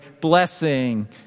blessing